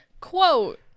Quote